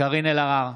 קארין אלהרר,